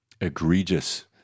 egregious